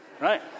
Right